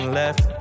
left